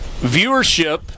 viewership